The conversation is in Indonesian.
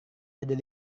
jadi